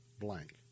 blank